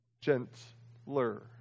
Gentler